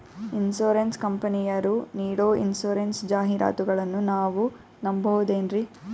Insurance ಕಂಪನಿಯರು ನೀಡೋ insurance ಜಾಹಿರಾತುಗಳನ್ನು ನಾವು ನಂಬಹುದೇನ್ರಿ?